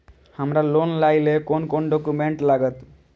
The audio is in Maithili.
हमरा लोन लाइले कोन कोन डॉक्यूमेंट लागत?